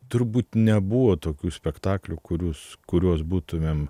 turbūt nebuvo tokių spektaklių kuriuos kuriuos būtumėm